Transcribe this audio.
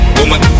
woman